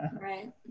right